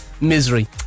misery